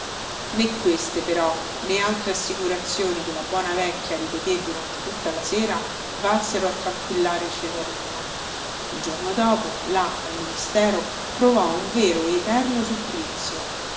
né queste però né altre assicurazioni che la buona vecchia ripeté durante tutta la sera valsero a tranquillare cesarino il giorno dopo là al ministero provò un vero eterno supplizio